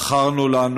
בחרנו לנו